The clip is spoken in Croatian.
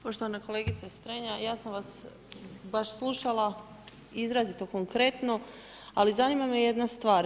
Poštovana kolegice Strenja, ja sam vas baš slušala izrazito konkretno, ali zanima me jedna stvar.